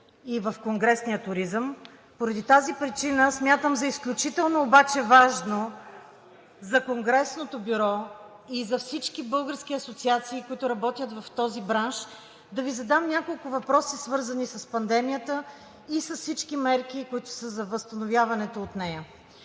и в конгресния туризъм. Поради тази причина смятам обаче за изключително важно за Конгресното бюро и за всички български асоциации, които работят в този бранш, да Ви задам няколко въпроса, свързани с пандемията и с всички мерки, които са за възстановяването от нея.